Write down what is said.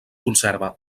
conserva